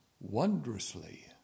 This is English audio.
wondrously